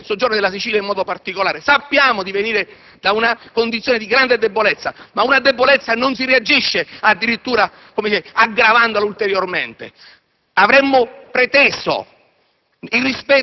quelle del Centro, del Mezzogiorno e della Sicilia in modo particolare. Sappiamo di venire da una condizione di grande debolezza, ma ad una debolezza non si reagisce addirittura aggravandola ulteriormente. Avremmo preteso